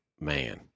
man